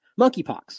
Monkeypox